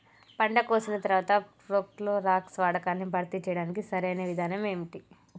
పంట కోసిన తర్వాత ప్రోక్లోరాక్స్ వాడకాన్ని భర్తీ చేయడానికి సరియైన విధానం ఏమిటి?